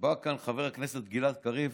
בא לכאן חבר הכנסת גלעד קריב